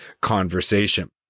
conversation